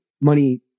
money